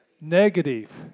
negative